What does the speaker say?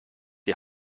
die